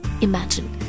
Imagine